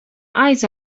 eyes